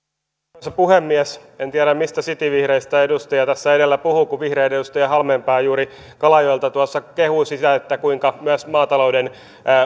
arvoisa puhemies en tiedä mistä cityvihreistä edustaja tässä edellä puhui kun vihreiden edustaja halmeenpää juuri kalajoelta tuossa kehui sitä kuinka myös maatalouden